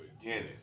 beginning